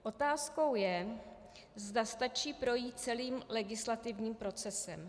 Otázkou je, zda stačí projít celým legislativním procesem.